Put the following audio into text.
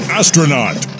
astronaut